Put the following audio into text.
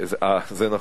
זה נכון.